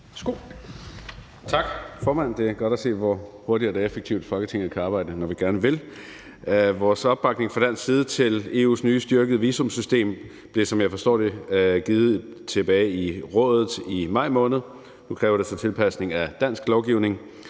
(KF): Tak, formand. Det er godt at se, hvor hurtigt og effektivt Folketinget kan arbejde, når vi gerne vil. Vores opbakning fra dansk side til EU's nye, styrkede visumsystem blev, som jeg forstår det, givet tilbage i Rådet i maj måned. Nu kræver det så en tilpasning af dansk lovgivning.